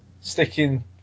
sticking